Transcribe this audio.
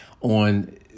on